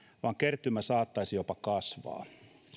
vaan kertymä saattaisi jopa kasvaa